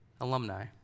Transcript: alumni